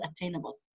attainable